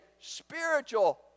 spiritual